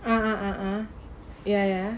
ah ya ya